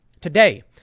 today